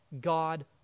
God